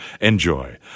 Enjoy